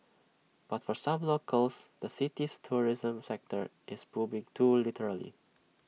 but for some locals the city's tourism sector is booming too literally